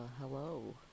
Hello